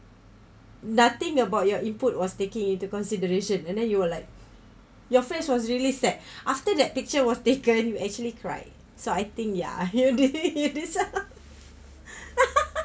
nothing about your input was taking into consideration and then you were like your face was really sad after that picture was taken you actually cried so I think ya here this and this